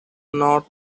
north